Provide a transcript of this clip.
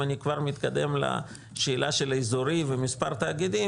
אם אני כבר מתקדם לשאלה של אזורי ומספר תאגידים,